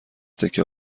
سکه